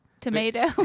tomato